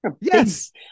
Yes